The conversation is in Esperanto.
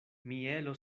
mielo